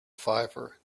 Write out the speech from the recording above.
fiver